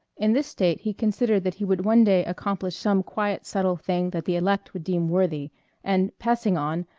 in this state he considered that he would one day accomplish some quiet subtle thing that the elect would deem worthy and, passing on,